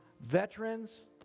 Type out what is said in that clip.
veterans